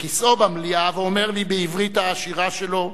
מכיסאו במליאה, ואומר לי בעברית העשירה שלו: